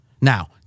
Now